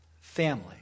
family